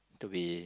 to be